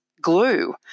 glue